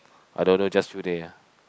I don't do just few day ah